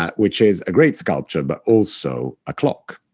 ah which is a great sculpture, but also a clock.